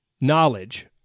Knowledge